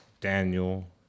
Daniel